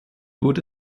wurde